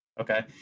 okay